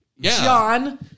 John